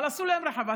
אבל עשו להם רחבה,